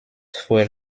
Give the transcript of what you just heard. fuel